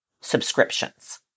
subscriptions